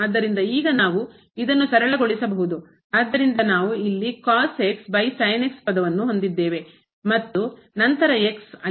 ಆದ್ದರಿಂದ ಈಗ ನಾವು ಇದನ್ನು ಸರಳಗೊಳಿಸಬಹುದು ಆದ್ದರಿಂದ ನಾವು ಇಲ್ಲಿ ಪದವನ್ನು ಹೊಂದಿದ್ದೇವೆ ಮತ್ತು ನಂತರ ಅಲ್ಲಿ